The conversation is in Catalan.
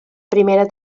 primera